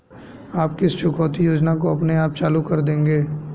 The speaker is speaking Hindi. आप किस चुकौती योजना को अपने आप चालू कर देंगे?